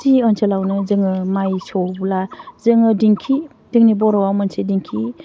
खाथि ओनसोलावनो जोङो माइ सौब्ला जोङो दिंखि जोंनि बर'वाव मोनसे दिंखि